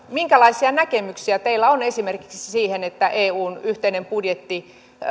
minkälaisia näkemyksiä teillä on esimerkiksi siihen että eun yhteinen budjetti